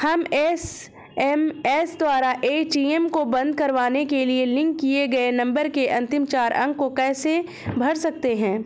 हम एस.एम.एस द्वारा ए.टी.एम को बंद करवाने के लिए लिंक किए गए नंबर के अंतिम चार अंक को कैसे भर सकते हैं?